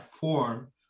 form